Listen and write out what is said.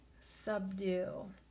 Subdue